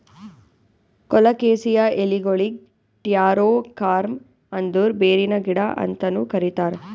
colocasia ಎಲಿಗೊಳಿಗ್ taro corm ಅಂದುರ್ ಬೇರಿನ ಗಿಡ ಅಂತನು ಕರಿತಾರ್